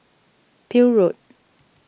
Peel Road